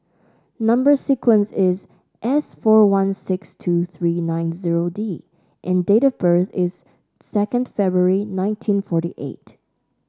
number sequence is S four one six two three nine zero D and date of birth is second February nineteen forty eight